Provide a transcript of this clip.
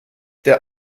der